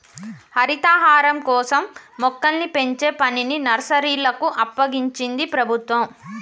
హరితహారం కోసం మొక్కల్ని పెంచే పనిని నర్సరీలకు అప్పగించింది ప్రభుత్వం